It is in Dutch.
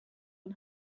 een